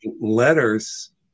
letters